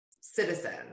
citizen